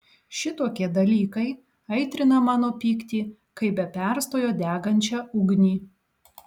šitokie dalykai aitrina mano pyktį kaip be perstojo degančią ugnį